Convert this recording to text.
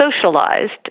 socialized